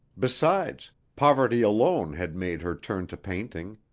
besides, poverty alone had made her turn to painting.